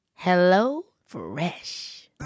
HelloFresh